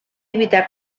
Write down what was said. evitar